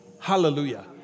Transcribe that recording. Hallelujah